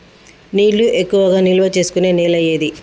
నీళ్లు ఎక్కువగా నిల్వ చేసుకునే నేల ఏది?